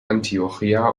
antiochia